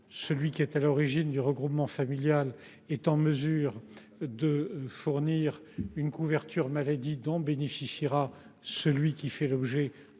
personne à l’origine du regroupement familial serait en mesure de fournir une couverture maladie dont bénéficierait celui qui ferait l’objet